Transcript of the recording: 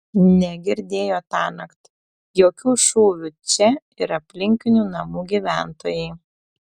negirdėjo tąnakt jokių šūvių čia ir aplinkinių namų gyventojai